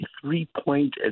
three-point